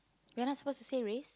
we're not suppose to say race